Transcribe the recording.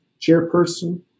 chairperson